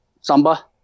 samba